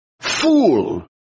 fool